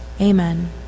Amen